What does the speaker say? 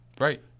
Right